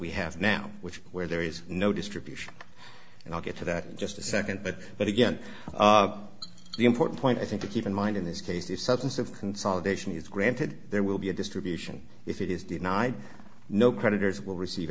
we have now which where there is no distribution and i'll get to that in just a nd but but again the important point i think you keep in mind in this case the substance of consolidation is granted there will be a distribution if it is denied no creditors will receive